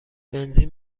بنزین